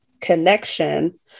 connection